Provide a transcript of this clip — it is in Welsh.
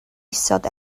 isod